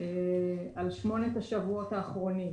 על שמונת השבועות האחרונים.